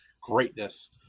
greatness